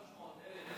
ה-300,000